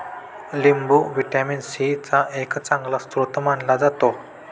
लिंबू vitamin C चा एक चांगला स्रोत मानला जातो